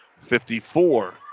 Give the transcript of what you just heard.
54